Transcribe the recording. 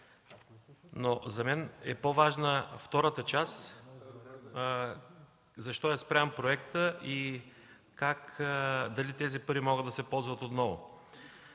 За мен е по-важна втората част – защо е спрян проектът и дали тези пари могат да се ползват отново?